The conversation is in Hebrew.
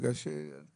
כאשר זו